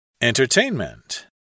ENTERTAINMENT